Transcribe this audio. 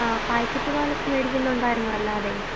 ആ പാക്കറ്റ് പാലൊക്കെ മേടിക്കുന്നുണ്ടായിരുന്നോ അല്ലാതെ